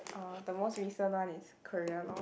uh the most recent one is Korea lor